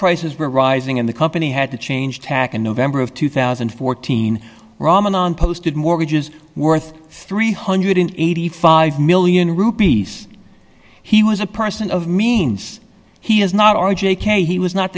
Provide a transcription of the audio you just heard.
prices were rising in the company had to change tack in november of two thousand and fourteen ramadan posted mortgages worth three hundred and eighty five million rupees he was a person of means he is not our j k he was not